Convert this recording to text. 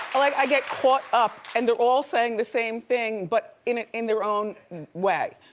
like i get caught up, and they're all saying the same thing but in ah in their own way.